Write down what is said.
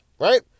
Right